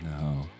No